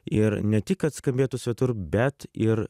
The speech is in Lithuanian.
ir ne tik kad skambėtų svetur bet ir